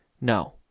no